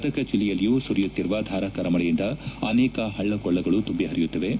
ಗದಗ ಜಿಲ್ಲೆಯಲ್ಲೂ ಸುರಿಯುತ್ತಿರುವ ಧಾರಾಕಾರ ಮಳೆಯಿಂದ ಅನೇಕ ಪಳ್ಳ ಕೊಳ್ಳಗಳು ತುಂಬಿ ಪರಿಯುತ್ತಿವೆ